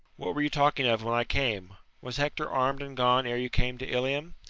what were you talking of when i came? was hector arm'd and gone ere you came to ilium?